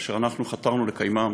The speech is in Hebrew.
כאשר אנחנו חתרנו לקיימם,